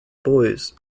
boys